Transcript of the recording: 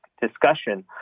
discussion